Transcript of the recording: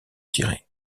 tirer